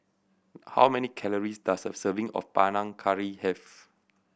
how many calories does a serving of Panang Curry have